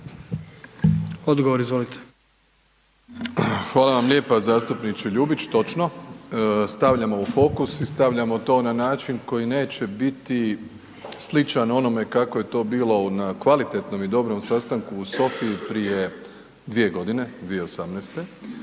Andrej (HDZ)** Hvala vam lijepa zastupniče Ljubić, točno, stavljamo u fokus i stavljamo to na način koji neće biti sličan onome kako je to bilo na kvalitetnom i dobrom sastanku u Sofiji prije 2.g., 2018.